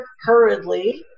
hurriedly